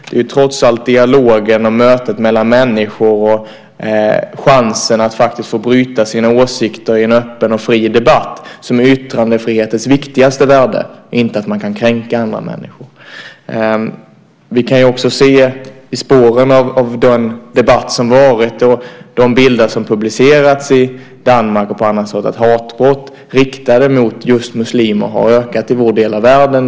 Det är ju trots allt dialogen och mötet mellan människor och chansen att få bryta sina åsikter i en öppen och fri debatt som är yttrandefrihetens viktigaste värde. Det är inte att man kan kränka andra människor. Vi kan också se i spåren av den debatt som har förts och de bilder som har publicerats i Danmark och på andra ställen att hatbrott riktade mot just muslimer har ökat i vår del av världen.